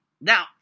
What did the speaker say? Now